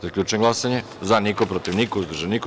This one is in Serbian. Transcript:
Zaključujem glasanje: za – dva, protiv – niko, uzdržan – niko.